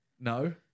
no